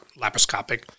laparoscopic